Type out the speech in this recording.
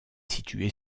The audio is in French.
située